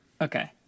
Okay